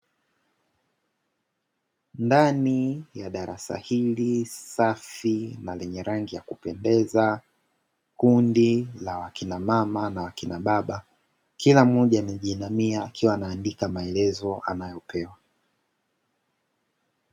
Ndani ya darasa hili safi na lenye rangi ya kupendeza. Kundi la kina mama na kina baba, kila mmoja amejiinamia akiwa anaandika maelezo anayopewa.